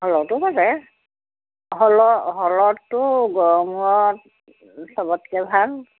হলতো বাজে হলত হলতটো গড়মূৰত চবতকৈ ভাল